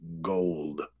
gold